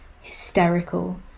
hysterical